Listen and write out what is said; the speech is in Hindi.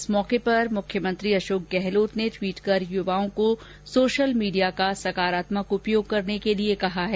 इस मौके पर मुख्यमंत्री अशोक गहलोत ने ट्वीट कर युवाओं को सोशल मीडिया का सकारात्मक उपयोग करने के लिए कहा है